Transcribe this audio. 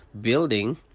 building